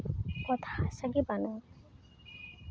ᱵᱟᱹᱱᱩᱜᱼᱟ